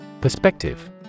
Perspective